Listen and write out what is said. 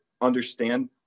understand